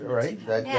right